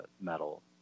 metal